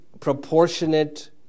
Proportionate